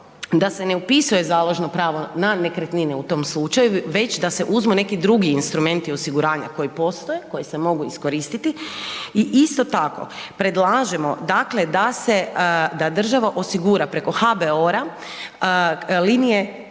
da se ne upisuje založno pravo na nekretnine u tom slučaju već da se uzmu neki drugi instrumenti osiguranja koji postoje, koji se mogu iskoristiti i isto tako, predlažemo dakle, da se, da država osigura preko HBOR-a linije